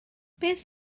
beth